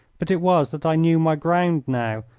but it was that i knew my ground now,